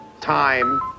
time